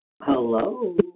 Hello